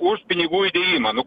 už pinigų įdėjimą nu